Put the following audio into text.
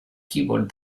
keyboard